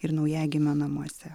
ir naujagimio namuose